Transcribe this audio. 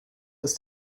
ist